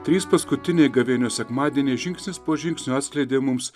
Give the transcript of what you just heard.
trys paskutiniai gavėnios sekmadieniai žingsnis po žingsnio atskleidė mums